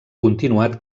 continuat